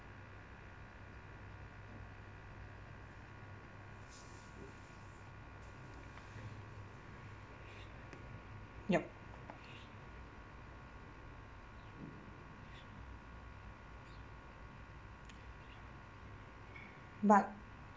yup but